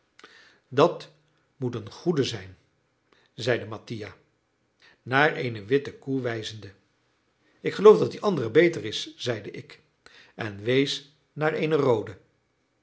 dat moet een goede zijn zeide mattia naar eene witte koe wijzende ik geloof dat die andere beter is zeide ik en wees naar eene roode